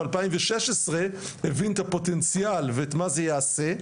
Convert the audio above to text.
ב-2016 הבין את הפוטנציאל ואת מה זה יעשה.